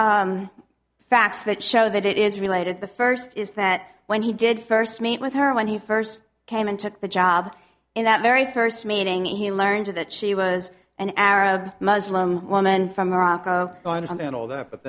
two facts that show that it is related the first is that when he did first meet with her when he first came and took the job in that very first meeting he learned that she was an arab muslim woman from morocco going on and all that